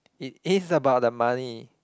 it is about the money